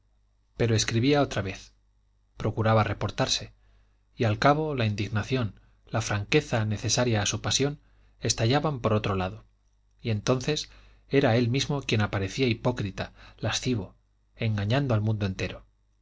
pero escribía otra vez procuraba reportarse y al cabo la indignación la franqueza necesaria a su pasión estallaban por otro lado y entonces era él mismo quien aparecía hipócrita lascivo engañando al mundo entero